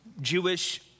Jewish